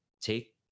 take